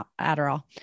Adderall